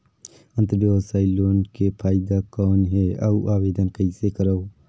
अंतरव्यवसायी लोन के फाइदा कौन हे? अउ आवेदन कइसे करव?